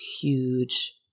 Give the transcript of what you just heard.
huge